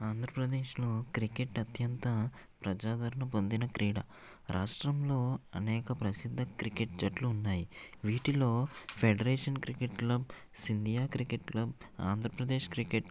ఆంధ్రప్రదేశ్లో క్రికెట్ అత్యంత ప్రజాదరణ పొందిన క్రీడ రాష్ట్రంలో అనేక ప్రసిద్ధ క్రికెట్ జట్టులో ఉన్నాయి వీటిల్లో ఫెడరేషన్ క్రికెట్ క్లబ్ సిండియా క్రికెట్ క్లబ్ ఆంధ్రప్రదేశ్ క్రికెట్